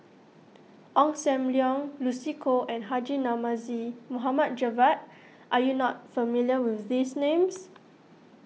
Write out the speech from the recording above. Ong Sam Leong Lucy Koh and Haji Namazie Mohd Javad are you not familiar with these names